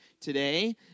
today